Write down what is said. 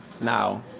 now